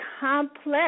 complex